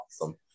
awesome